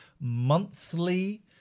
monthly